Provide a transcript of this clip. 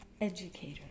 educator